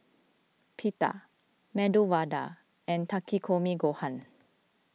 Pita Medu Vada and Takikomi Gohan